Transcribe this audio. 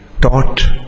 taught